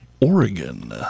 Oregon